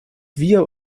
wir